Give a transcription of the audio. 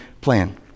plan